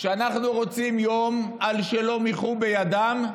כשאנחנו רוצים יום על "לא מיחו בידם",